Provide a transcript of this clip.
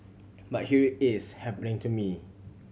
but here it is happening to me